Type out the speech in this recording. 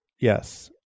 yes